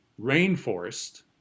rainforest